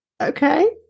okay